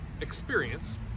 experience